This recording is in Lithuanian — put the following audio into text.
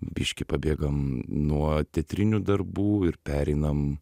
biškį pabėgam nuo teatrinių darbų ir pereinam